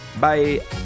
bye